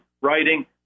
writing